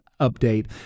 update